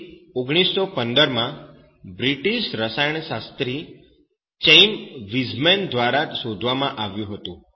તે 1915 માં બ્રિટિશ રસાયણશાસ્ત્રી ચૈમ વીઝમેન દ્વારા શોધવામાં આવ્યું હતું